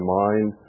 mind